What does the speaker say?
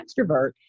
extrovert